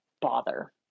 bother